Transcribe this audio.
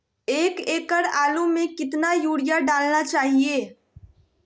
एक एकड़ आलु में कितना युरिया डालना चाहिए?